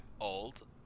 old